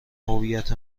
هویت